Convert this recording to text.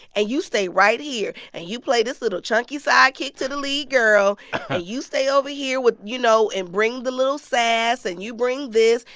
and you stay right here and you play this little chunky sidekick to the lead girl and ah you stay over here with, you know, and bring the little sass and you bring this,